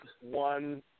one